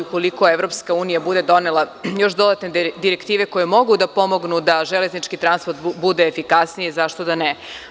Ukoliko EU bude donela još dodatne direktive koje mogu da pomognu da železnički transport bude efikasniji, zašto da ne.